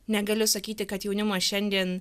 negaliu sakyti kad jaunimas šiandien